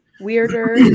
weirder